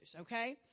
okay